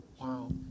Wow